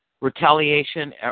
retaliation